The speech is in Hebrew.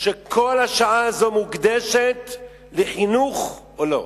שכל השעה הזאת מוקדשת לחינוך או לא?